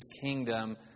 kingdom